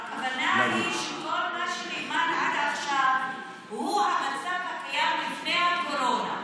הכוונה היא שכל מה שנאמר עד עכשיו הוא המצב הקיים לפני הקורונה.